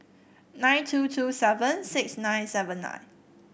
nine two two seven six nine seven nine